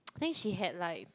then she had like